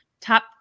top